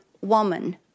woman